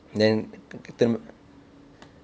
then